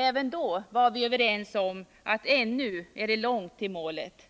Även då var vi överens om att ännu är det långt till målet: